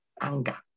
Anger